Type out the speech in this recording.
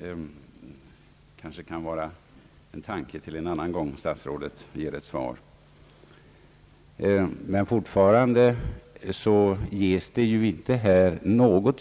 Detta Kanske kan vara en tankeställare till en annan gång när statsrådet skall lämna ett svar. Fortfarande ges inte någon